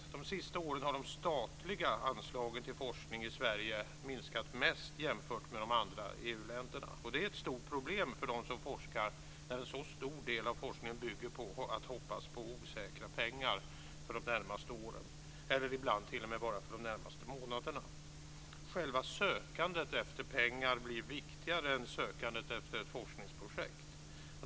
Under de senaste åren har de statliga anslagen till forskning i Sverige minskat mest jämfört med de andra EU-länderna. Och det är ett stort problem för dem som forskar när en så stor del av forskningen bygger på att hoppas på osäkra pengar för de närmaste åren och ibland t.o.m. bara för de närmaste månaderna. Själva sökandet efter pengar blir viktigare än sökandet efter forskningsprojekt.